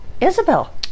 Isabel